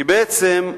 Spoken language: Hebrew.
כי בעצם,